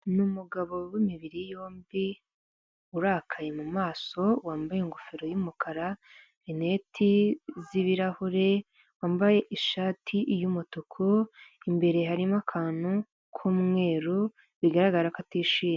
Ni umugabo w'imibiri yombi urakaye, mu mumaso wambaye ingofero y'umukara rineti z'ibirahure wambaye ishati y'umutuku imbere harimo akantu k'umweru bigaragara ko atishimye.